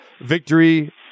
victory